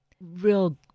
real